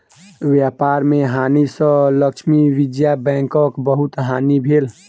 व्यापार में हानि सँ लक्ष्मी विजया बैंकक बहुत हानि भेल